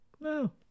No